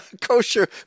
kosher